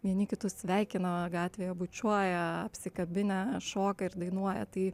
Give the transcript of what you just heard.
vieni kitus sveikino gatvėje bučiuoja apsikabinę šoka ir dainuoja tai